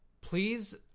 Please